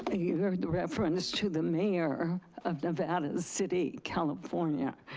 ah you've heard the reference to the mayor of nevada city, california.